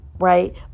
Right